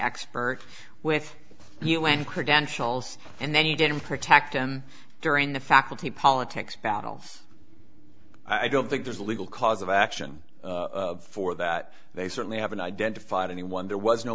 expert with un credentials and then he didn't protect him during the faculty politics battles i don't think there's a legal cause of action for that they certainly haven't identified anyone there was no